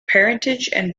and